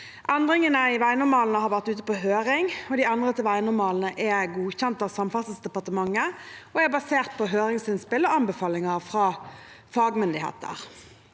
Endringene i veinormalene har vært ute på høring. De endrede veinormalene er godkjent av Samferdselsdepartementet og er basert på høringsinnspill og anbefalinger fra fagmyndigheter.